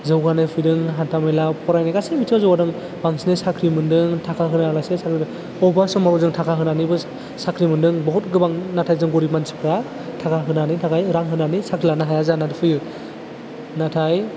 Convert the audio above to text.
जौगानाय फैदों हान्था मेला फरायनाय गासै बिथिङाव जौगादों बांसिनै साख्रि मोनदों थाखा होनाङालासे अबेबा समाव जों थाखा होनानैबो साख्रि मोनदों बुहुत गोबां नाथाय जों गोरिब मानसिफ्रा थाखा होनो हायिनि थाखाय रां होनानै साख्रि लानो हाया जानानै फैयो नाथाय